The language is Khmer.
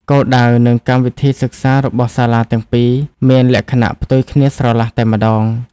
គោលដៅនិងកម្មវិធីសិក្សារបស់សាលាទាំងពីរមានលក្ខណៈផ្ទុយគ្នាស្រឡះតែម្តង។